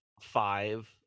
five